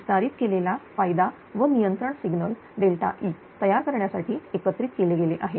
विस्तारित केलेला फायदा व नियंत्रण सिग्नल E तयार करण्यासाठी एकत्रित केले गेले आहे